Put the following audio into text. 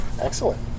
excellent